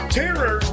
terror